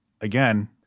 again